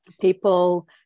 people